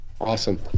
Awesome